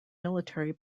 military